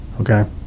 Okay